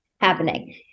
happening